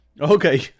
Okay